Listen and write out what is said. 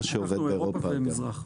אנחנו מייבאים מאירופה ומהמזרח.